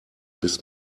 bis